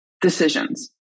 decisions